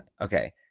okay